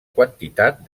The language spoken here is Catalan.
quantitat